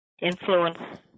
influence